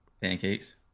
pancakes